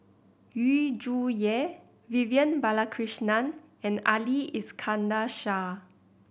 Yu Zhuye Vivian Balakrishnan and Ali Iskandar Shah